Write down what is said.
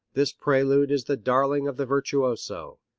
this prelude is the darling of the virtuoso.